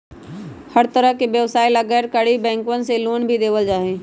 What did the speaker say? हर तरह के व्यवसाय ला गैर सरकारी बैंकवन मे लोन भी देवल जाहई